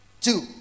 Two